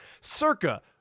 Circa